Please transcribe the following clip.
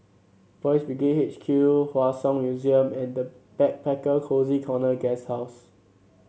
Boys' Brigade H Q Hua Song Museum and the Backpacker Cozy Corner Guesthouse